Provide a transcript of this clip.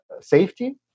safety